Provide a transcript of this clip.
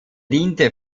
diente